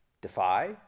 defy